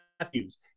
Matthews